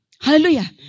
Hallelujah